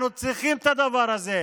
אנחנו צריכים את הדבר הזה.